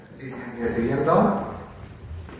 Ingen